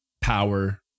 power